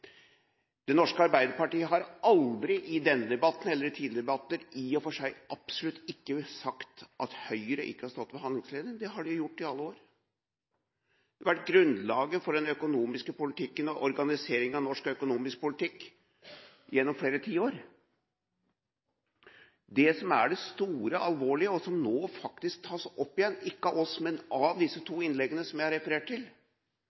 Det norske Arbeiderparti har aldri i denne debatten eller i tidligere debatter, absolutt ikke, sagt at Høyre ikke har stått for handlingsregelen. Det har de gjort i alle år. Det har vært grunnlaget for den økonomiske politikken og organiseringen av norsk økonomisk politikk gjennom flere tiår. Det som er det store og alvorlige og som nå faktisk tas opp igjen, ikke av oss, men i disse to innleggene jeg har referert til,